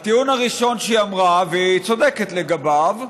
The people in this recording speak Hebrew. הטיעון הראשון שהיא אמרה, והיא צודקת לגביו,